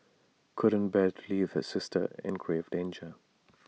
couldn't bear to leave his sister in grave danger